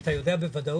אתה יודע בוודאות?